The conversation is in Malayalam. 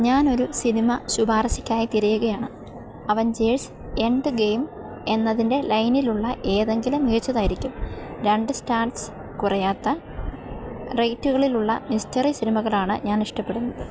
ഞാൻ ഒരു സിനിമ ശുപാർശയ്ക്കായി തിരയുകയാണ് അവഞ്ചേഴ്സ് എൻഡ് ഗെയിം എന്നതിൻ്റെ ലൈനിലുള്ള ഏതെങ്കിലും മികച്ചതായിരിക്കും രണ്ട് സ്റ്റാൻസ് കുറയാത്ത റേറ്റുകളിലുള്ള മിസ്റ്ററി സിനിമകളാണ് ഞാൻ ഇഷ്ടപ്പെടുന്നത്